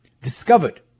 discovered